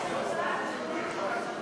נעבור להצבעה.